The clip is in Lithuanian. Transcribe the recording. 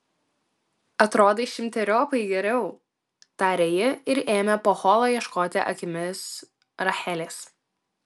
atrodai šimteriopai geriau tarė ji ir ėmė po holą ieškoti akimis rachelės